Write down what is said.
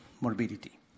morbidity